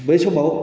बै समाव